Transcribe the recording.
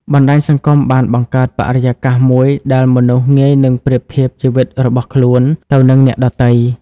បណ្តាញសង្គមបានបង្កើតបរិយាកាសមួយដែលមនុស្សងាយនឹងប្រៀបធៀបជីវិតរបស់ខ្លួនទៅនឹងអ្នកដទៃ។